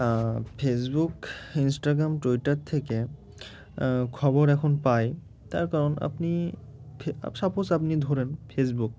Facebook Instagram Twitter থেকে খবর এখন পাই তার কারণ আপনি সাপোজ আপনি ধরেন ফেসবুক